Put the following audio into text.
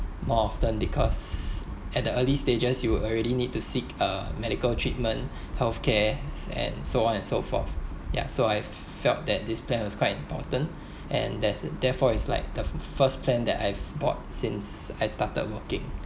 more often because at the early stages you would already need to seek a medical treatment health care and so on and so forth ya so I felt that this plan was quite important and there therefore it's like the first plan that I've bought since I started working